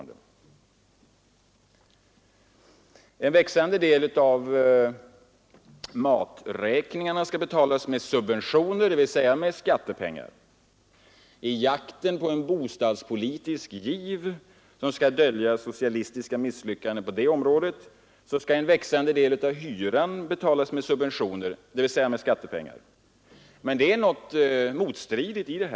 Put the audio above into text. En växande del av maträkningarna skall betalas med subventioner, dvs. med skattepengar. I jakten på en bostadspolitisk giv, som skall dölja socialistiska misslyckanden på det området, skall en växande del av hyran betalas med subventioner, dvs. med skattepengar. Det är något motstridigt i detta.